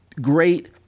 great